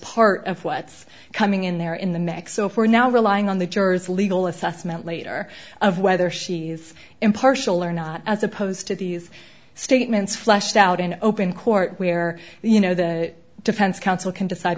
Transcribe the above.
part of what's coming in there in the mix so for now relying on the jurors legal assessment later of whether she's impartial or not as opposed to these statements fleshed out in open court where you know the defense counsel can decide